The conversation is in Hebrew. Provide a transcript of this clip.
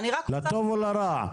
לטוב ולרע.